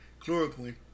Chloroquine